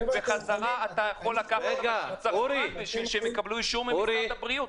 וחזרה אתה יכול לקחת --- כדי שיקבלו אישור ממשרד הבריאות,